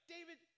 David